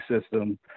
system